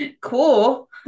cool